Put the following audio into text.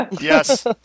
Yes